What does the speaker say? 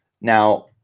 Now